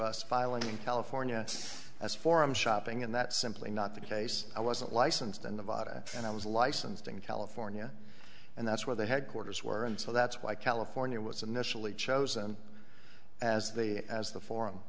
us filing in california as forum shopping and that's simply not the case i wasn't licensed in the vada and i was licensed in california and that's where the headquarters were and so that's why california was initially chosen as the as the forum